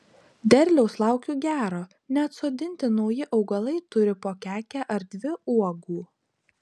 derliaus laukiu gero net sodinti nauji augalai turi po kekę ar dvi uogų